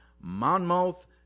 Monmouth